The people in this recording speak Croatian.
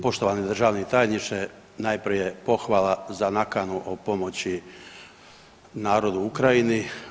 Poštovani državni tajniče, najprije pohvala za nakanu o pomoći narodu u Ukrajini.